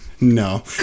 no